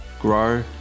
grow